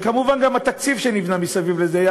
וכמובן גם התקציב שנבנה מסביב לזה היה